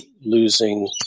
losing